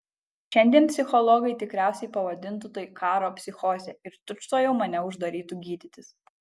šiandien psichologai tikriausiai pavadintų tai karo psichoze ir tučtuojau mane uždarytų gydytis